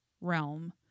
realm